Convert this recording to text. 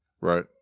right